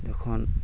ᱡᱚᱠᱷᱚᱱ